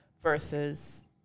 versus